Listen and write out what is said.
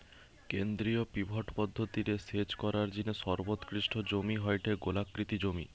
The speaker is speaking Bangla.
কেন্দ্রীয় পিভট পদ্ধতি রে সেচ করার জিনে সর্বোৎকৃষ্ট জমি হয়ঠে গোলাকৃতি জমি